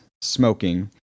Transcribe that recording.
smoking